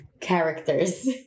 characters